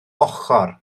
ochr